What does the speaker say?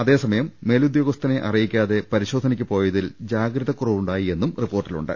അതേസമയം മേലുദ്യോഗസ്ഥനെ അറിയിക്കാതെ പരിശോധനക്ക് പോയതിൽ ജാഗ്രതക്കുറവുണ്ടായി എന്ന് റിപ്പോർട്ടിലുണ്ട്